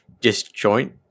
disjoint